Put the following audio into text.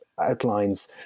outlines